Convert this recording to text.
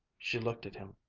she looked at him,